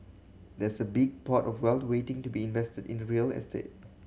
there's a big pot of wealth waiting to be invested in the real estate